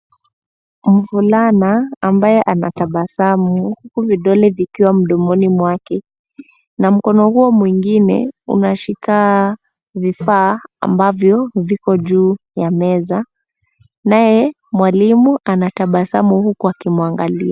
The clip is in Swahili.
Mvulana ambaye anatabasamu huku vidole vikiwa mdomo mwake na mkono huo mwingine inashika vifaa ambavyo viko juu ya meza naye mwalimu anatabasamu huku akimwaangalia.